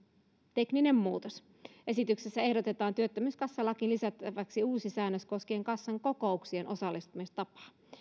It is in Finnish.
tekninen muutos esityksessä ehdotetaan työttömyyskassalakiin lisättäväksi uusi säännös koskien kassan kokouksien osallistumistapaa